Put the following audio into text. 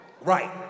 right